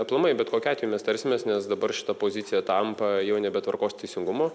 aplamai bet kokiu atveju mes tarsimės nes dabar šita pozicija tampa jau nebe tvarkos teisingumo